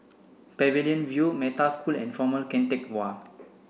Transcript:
Pavilion View Metta School and Former Keng Teck Whay